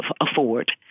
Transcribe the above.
afford